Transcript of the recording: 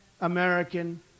American